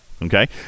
Okay